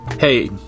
Hey